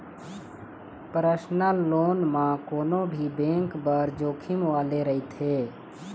personal loan ह कोनो भी बेंक बर जोखिम वाले रहिथे